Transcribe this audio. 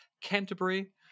Canterbury